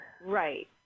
Right